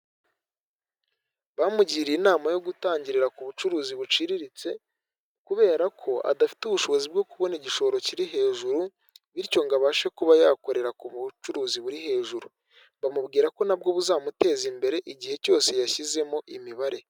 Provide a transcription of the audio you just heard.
Bamugiriye inama yo gutangirira ku bucuruzi buciriritse, kubera ko adafite ubushobozi bwo kubona igishoro kiri hejuru, bityo ngo abashe kuba yakorera k'ubucuruzi buri hejuru. Bamubwira ko nabwo buzamuteza imbere igihe cyose yashyizemo imibare.